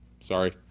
sorry